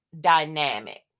dynamic